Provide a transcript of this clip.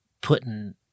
putting